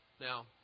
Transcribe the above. Now